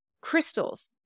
Crystals